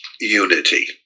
unity